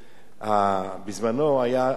בזמנו היתה תביעה